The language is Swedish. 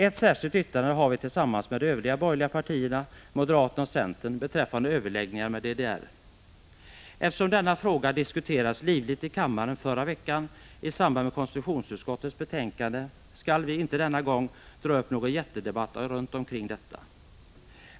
Ett särskilt yttrande har vi tillsammans med de övriga borgerliga partierna, moderaterna och centern, beträffande överläggningarna med DDR. Eftersom denna fråga diskuterades livligt i kammaren i förra veckan i samband med konstitutionsutskottets betänkande, skall vi inte denna gång dra upp någon jättedebatt kring detta.